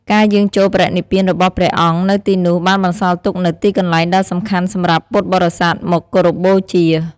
ការយាងចូលបរិនិព្វានរបស់ព្រះអង្គនៅទីនោះបានបន្សល់ទុកនូវទីកន្លែងដ៏សំខាន់សម្រាប់ពុទ្ធបរិស័ទមកគោរពបូជា។